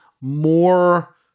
more